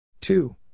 Two